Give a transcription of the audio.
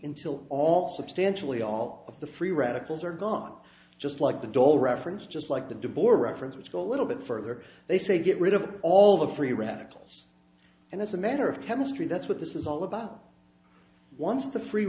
until all substantially all of the free radicals are gone just like the dole reference just like the de boer reference which go a little bit further they say get rid of all the free radicals and it's a matter of chemistry that's what this is all about once the free